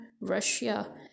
russia